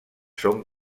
són